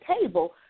table